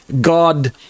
God